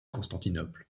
constantinople